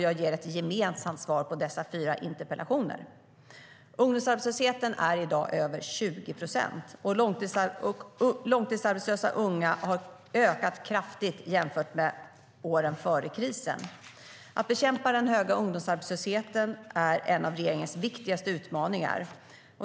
Jag ger ett gemensamt svar på dessa fyra interpellationer. Ungdomsarbetslösheten är i dag över 20 procent, och antalet långtidsarbetslösa unga har ökat kraftigt jämfört med åren före krisen. Att bekämpa den höga ungdomsarbetslösheten är en av regeringens viktigaste utmaningar.